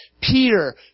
Peter